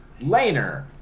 Laner